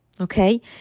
okay